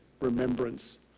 remembrance